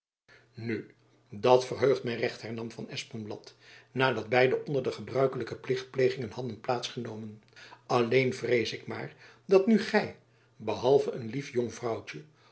nu dat verheugt my recht hernam van espenblad nadat beiden onder de gebruikelijke plichtplegingen hadden plaats genomen alleen vrees ik maar dat nu gy behalve een lief jong vrouwtjen